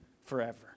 forever